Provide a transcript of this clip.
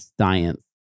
Science